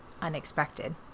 Unexpected